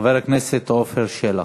חבר הכנסת עפר שלח,